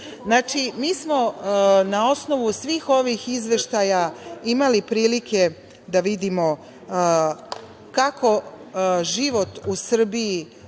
smo na osnovu svih ovih izveštaja imali prilike da vidimo kako život u Srbiji